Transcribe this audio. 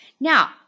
Now